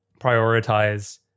prioritize